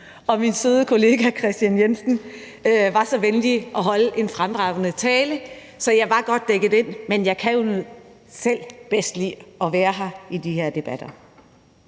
Min søde kollega Kristian Jensen var så venlig at holde en fremragende tale, så jeg var godt dækket ind, men jeg kan jo bedst lide selv at være her i de her debatter.